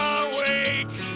awake